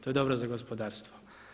To je dobro za gospodarstvo.